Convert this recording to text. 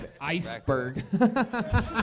Iceberg